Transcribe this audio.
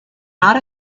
not